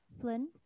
Flynn